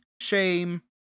shame